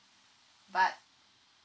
but